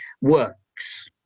works